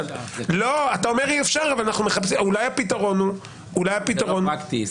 --- אתה אומר שאי אפשר אבל אולי הפתרון הוא -- זה לא פרקטי,